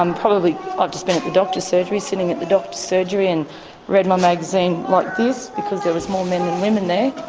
um probably i've just been at the doctor's surgery, sitting at the doctor's surgery, and read my magazine like this, because there was more men than women there.